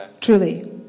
Truly